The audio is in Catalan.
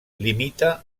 limita